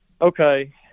okay